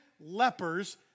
lepers